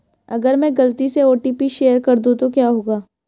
अगर मैं गलती से ओ.टी.पी शेयर कर दूं तो क्या होगा?